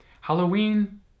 Halloween